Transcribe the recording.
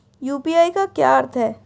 UPI का क्या अर्थ है?